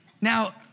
Now